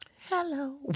hello